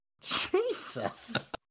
Jesus